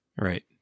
Right